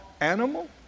animal